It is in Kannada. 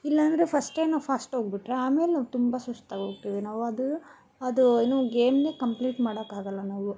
ಇಲ್ಲ ಅಂದರೆ ಫಸ್ಟೆ ನಾವು ಫಾಸ್ಟ್ ಹೋಗ್ಬಿಟ್ರೆ ಆಮೇಲೆ ನಾವು ತುಂಬ ಸುಸ್ತಾಗಿ ಹೋಕ್ತಿವಿ ನಾವದು ಅದು ಏನು ಗೇಮ್ನೇ ಕಂಪ್ಲೀಟ್ ಮಾಡೋಕ್ಕಾಗಲ್ಲ ನಾವು